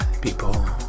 people